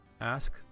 Ask